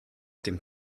dem